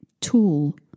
tool